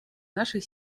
нашей